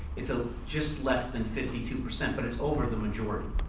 it's ah just less than fifty two percent but it's over the majority.